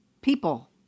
people